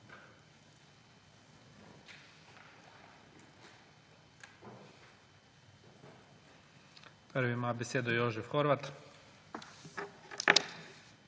Prvi ima besedo Jožef Horvat.